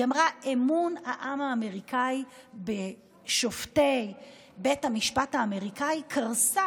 היא אמרה: אמון העם האמריקני בשופטי בית המשפט האמריקני קרס.